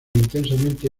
intensamente